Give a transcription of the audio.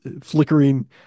flickering